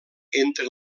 entre